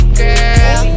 girl